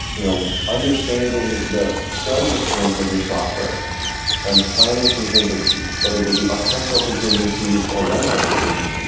you know understanding the failure points of your software and planning contingencies, whether they be architectural contingencies or runtime contingencies